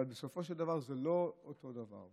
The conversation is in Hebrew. אבל בסופו של דבר זה לא אותו דבר.